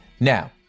Now